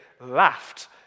laughed